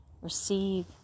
receive